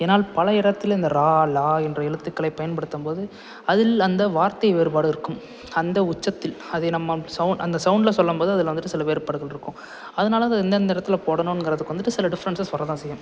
ஏன்னால் பழைய இடத்தில் இந்த ரா லா என்ற எழுத்துக்களை பயன்படுத்தம் போது அதில் அந்த வார்த்தை வேறுபாடு இருக்கும் அந்த உச்சத்தில் அதை நம்ம சவுண்ட் அந்த சவுண்ட்ல சொல்லும் போது அதில் வந்துட்டு சில வேறுபாடுகள் இருக்கும் அதனால அதை எந்ததெந்த இடத்துல போடணுங்கிறதுக்கு வந்துட்டு சில டிஃபரெண்ஸஸ் வர தான் செய்யும்